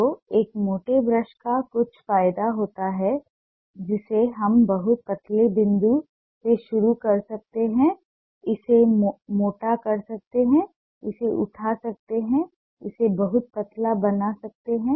तो एक मोटे ब्रश का कुछ फायदा होता है जिसे हम बहुत पतले बिंदु से शुरू कर सकते हैं इसे मोटा कर सकते हैं इसे उठा सकते हैं इसे बहुत पतला बना सकते हैं